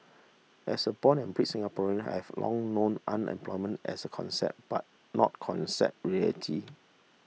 as a born and bred Singaporean I have long known unemployment as a concept but not reality